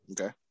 Okay